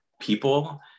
people